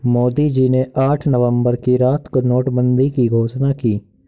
मोदी जी ने आठ नवंबर की रात को नोटबंदी की घोषणा की